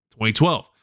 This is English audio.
2012